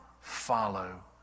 follow